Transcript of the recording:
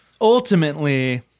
ultimately